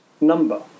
number